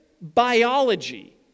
biology